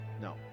No